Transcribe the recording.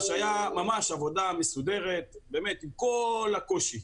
הייתה עבודה מסודרת, עם כל הקושי.